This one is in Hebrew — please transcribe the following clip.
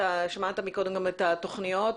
שמעת מקודם גם את התוכניות